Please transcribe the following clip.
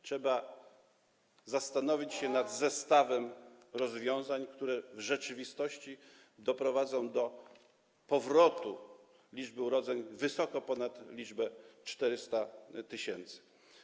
Trzeba zastanowić się nad zestawem rozwiązań, które w rzeczywistości doprowadzą do powrotu, zwiększenia liczby urodzeń wysoko ponad 400 tys.